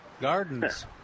gardens